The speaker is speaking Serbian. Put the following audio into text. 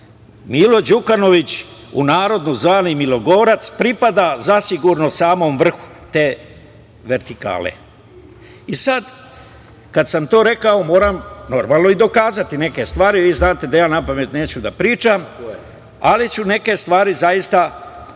Milo Đukanović zvani „milogorac“ pripada zasigurno samom vrhu te vertikale.I sada kada sam to rekao moram normalno i dokazati neke stvari. Vi znate da ja napamet neću da pričam, ali ću neke stvari zaista da